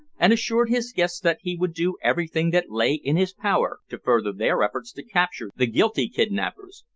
and assured his guests that he would do everything that lay in his power to further their efforts to capture the guilty kidnappers,